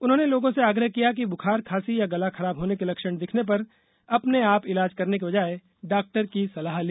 उन्होंने लोगों से आग्रह किया कि बुखार खांसी या गला खराब होने के लक्षण दिखने पर अपने आप इलाज करने के बजाय डॉक्टर की सलाह ले